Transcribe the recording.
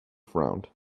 frowned